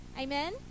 Amen